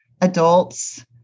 adults